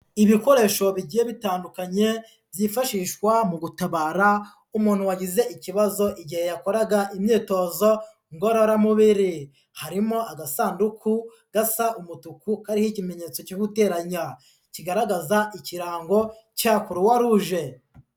Ibikoresho bigiye bitandukanye byifashishwa mu gutabara umuntu wagize ikibazo igihe yakoraga imyitozo ngororamubiri, harimo agasanduku gasa umutuku kariho ikimenyetso cyo guteranya kigaragaza ikirango cya Croix Rouge.